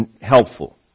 helpful